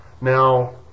now